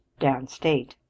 downstate